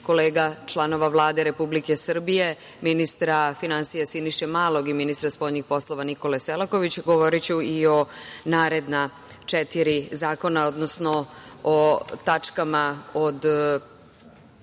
kolega članova Vlade Republike Srbije, ministra finansija Siniše Malog i ministra spoljnih poslova Nikole Selakovića govoriću i o naredna četiri zakona, odnosno o tačkama od